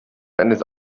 eines